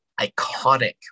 iconic